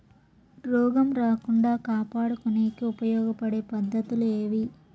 రోగం రాకుండా కాపాడుకునేకి ఉపయోగపడే పద్ధతులు ఏవి?